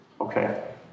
Okay